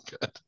good